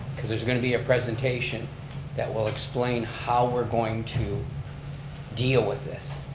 cause there's going to be a presentation that will explain how we're going to deal with this.